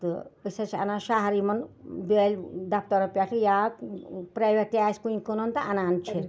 تہٕ أسۍ حظ چھِ اَنان شہر یِمَن بیٛٲلۍ دَفتَرو پٮ۪ٹھٕ یا پرٛیویٹ تہِ آسہِ کُنہِ کٕنُن تہٕ اَنان چھِ